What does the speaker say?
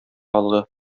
алды